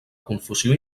confusió